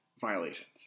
violations